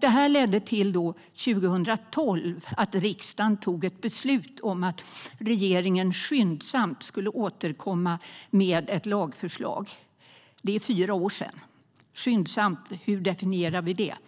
Det ledde till att riksdagen 2012 fattade ett beslut om att regeringen skyndsamt skulle återkomma med ett lagförslag - det är fyra år sedan. Hur definierar man begreppet